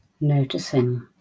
Noticing